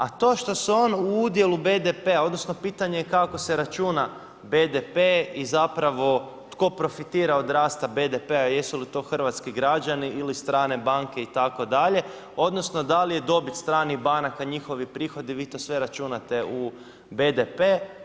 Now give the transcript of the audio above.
A to što se on u udjelu BPD-a, odnosno pitanje je kako se računa BDP i zapravo tko profitira od rasta BDP-a, jesu li to hrvatski građani ili strane banke itd., odnosno da li je dobit stranih banaka njihovi prihodi, vi to sve računate u BPD.